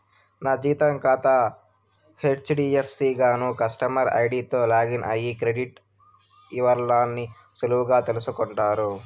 నా జీతం కాతా హెజ్డీఎఫ్సీ గాన కస్టమర్ ఐడీతో లాగిన్ అయ్యి క్రెడిట్ ఇవరాల్ని సులువుగా తెల్సుకుంటుండా